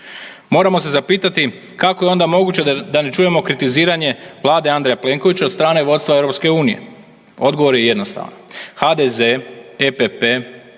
Moramo se zapitati kako je onda moguće da ne čujemo kritiziranje Vlade Andreja Plenkovića od strane vodstava E? Odgovor je jednostavan, HDZ, EPP,